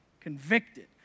Convicted